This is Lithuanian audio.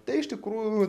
tai iš tikrųjų